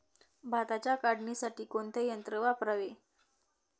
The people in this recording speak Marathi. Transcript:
भाताच्या काढणीसाठी कोणते यंत्र वापरावे?